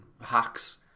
Hacks